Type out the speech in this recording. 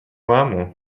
маму